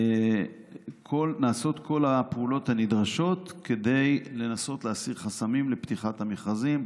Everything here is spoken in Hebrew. ונעשות כל הפעולות הנדרשות כדי לנסות להסיר חסמים לפתיחת המכרזים.